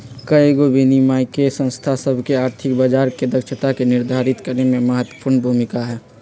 कयगो विनियामक संस्था सभ के आर्थिक बजार के दक्षता के निर्धारित करेमे महत्वपूर्ण भूमिका हइ